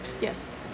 Yes